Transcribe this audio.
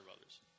others